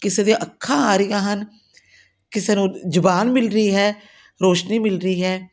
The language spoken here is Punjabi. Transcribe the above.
ਕਿਸੇ ਦੀਆਂ ਅੱਖਾਂ ਆ ਰਹੀਆਂ ਹਨ ਕਿਸੇ ਨੂੰ ਜ਼ੁਬਾਨ ਮਿਲ ਰਹੀ ਹੈ ਰੌਸ਼ਨੀ ਮਿਲ ਰਹੀ ਹੈ